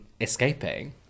escaping